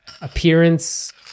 appearance